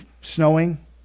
snowing